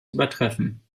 übertreffen